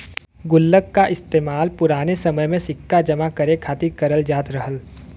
गुल्लक का इस्तेमाल पुराने समय में सिक्का जमा करे खातिर करल जात रहल